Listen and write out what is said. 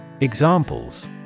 Examples